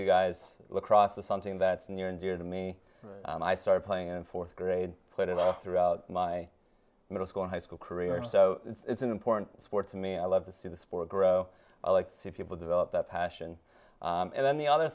you guys across the something that's near and dear to me and i started playing in fourth grade put it all throughout my middle school high school career so it's an important sport to me i love to see the sport grow i like to people develop that passion and then the other